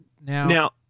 Now